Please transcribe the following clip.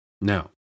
Now